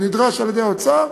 הוא נדרש על-ידי האוצר,